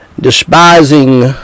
despising